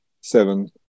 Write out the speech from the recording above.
seven